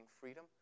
freedom